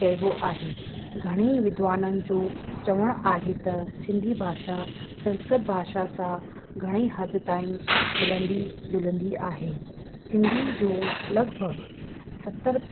चइबो आहे घणई विद्वाननि जो चवणु आहे त सिंधी भाषा संस्कृति भाषा सां घणई हद ताईं मिलंदी झुलंदी आहे सिंधी जो लॻभॻि सतरि